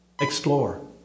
explore